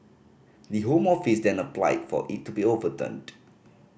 the Home Office then applied for it to be overturned